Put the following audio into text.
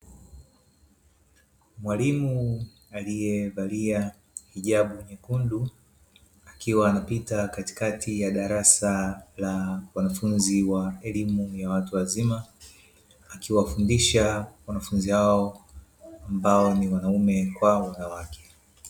Mwalimu aliyevalia hijabu nyekundu akiwa anapita katikati ya darasa la wanafunzi wa elimu ya watu wazima, akiwafundisha wanafunzi hao ambao ni wanaume kwa wanawake.